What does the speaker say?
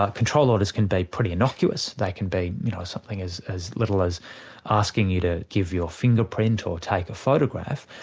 ah control orders can be pretty innocuous, they can be you know something as as little as asking you to give your fingerprint or take a photograph,